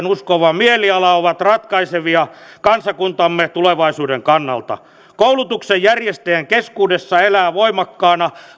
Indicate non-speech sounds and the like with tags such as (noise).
(unintelligible) uskova mieliala ovat ratkaisevia kansakuntamme tulevaisuuden kannalta koulutuksen järjestäjien keskuudessa elää voimakkaana